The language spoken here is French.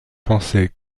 pensait